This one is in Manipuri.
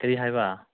ꯀꯔꯤ ꯍꯥꯏꯕ